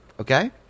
okay